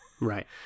Right